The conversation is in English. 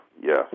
Yes